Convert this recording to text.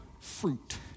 fruit